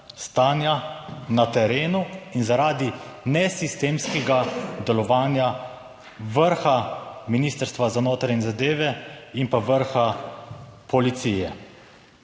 na terenu in zaradi nesistemskega delovanja vrha Ministrstva za notranje zadeve in pa vrha policije.